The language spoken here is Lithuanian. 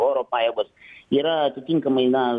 oro pajėgos yra atitinkamai na